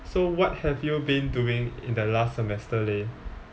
so what have you been doing in the last semester leh